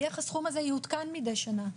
היא איך הסכום הזה יעודכן מידי שנה,